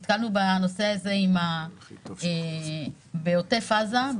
נתקלנו בנושא הזה בעוטף עזה,